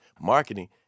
marketing